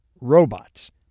Robots